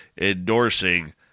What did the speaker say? endorsing